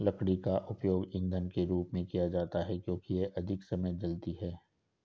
लकड़ी का उपयोग ईंधन के रूप में किया जाता है क्योंकि यह अधिक समय तक जलती है